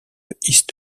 east